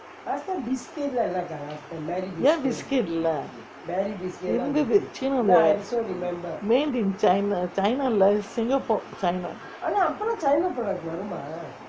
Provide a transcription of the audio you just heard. ஏன்:yaen biscuit இல்லே இருந்தது சீனன் ஓடே:illae irunthathu chinan odae made in china china இல்லே:illae singapore china